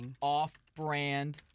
off-brand